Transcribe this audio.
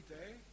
day